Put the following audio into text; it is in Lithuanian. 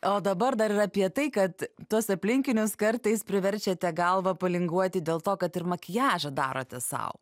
o dabar dar ir apie tai kad tuos aplinkinės kartais priverčiate galvą palinguoti dėl to kad ir makiažą darote sau